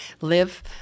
live